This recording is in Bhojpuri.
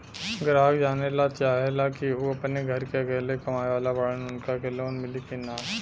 ग्राहक जानेला चाहे ले की ऊ अपने घरे के अकेले कमाये वाला बड़न उनका के लोन मिली कि न?